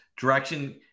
direction